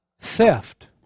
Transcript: theft